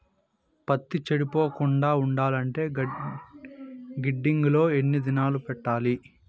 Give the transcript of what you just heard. పత్తి చెడిపోకుండా ఉండాలంటే గిడ్డంగి లో ఎన్ని దినాలు పెట్టాలి?